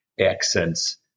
accents